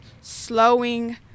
slowing